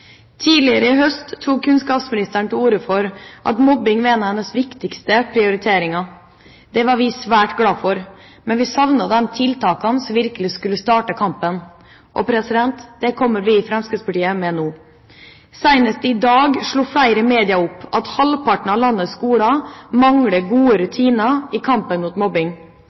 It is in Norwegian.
i problemet. Tidlig i høst tok kunnskapsministeren til orde for at mobbing var en av hennes viktigste prioriteringer. Det var vi svært glad for, men vi savnet de tiltakene som virkelig skulle starte kampen. Dem kommer vi i Fremskrittspartiet med nå. Senest i dag slo flere medier opp at halvparten av landets skoler mangler gode rutiner i kampen mot mobbing.